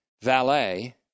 valet